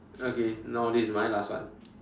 okay now this is my last one